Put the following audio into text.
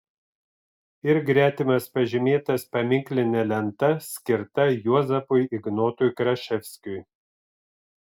ir gretimas pažymėtas paminkline lenta skirta juozapui ignotui kraševskiui